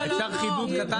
אפשר חיבור קטן?